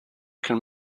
can